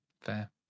fair